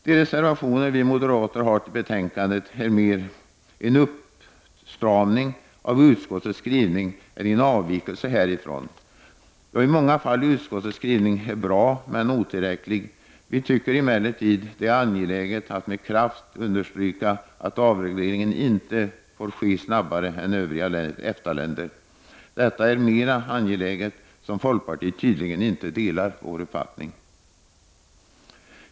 De reservationer som vi moderater har till betänkandet innebär mer en uppstramning av utskottets skrivning än en avvikelse härifrån, då utskottets skrivning i många fall är bra, men otillräcklig. Vi tycker emellertid att det är angeläget att med kraft understryka att avregleringen inte får ske snabbare i Sverige än i övriga EFTA-länder. Detta är så mera angeläget som folkpartiet inte delar vår uppfattning.